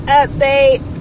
update